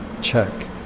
check